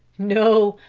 no,